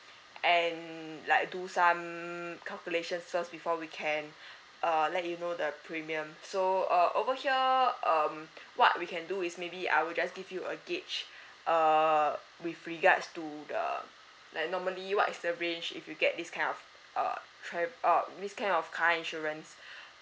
and like do some calculations first before we can err let you know the premium so uh over here um what we can do is maybe I will just give you a gauge err with regards to the like normally what is the range if you get this kind of uh trav~ uh this kind of car insurance